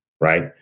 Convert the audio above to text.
right